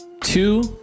two